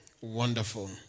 Wonderful